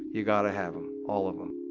you got to have them all of them